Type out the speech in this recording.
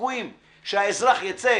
הסיכויים שהאזרח ייצא